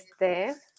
Este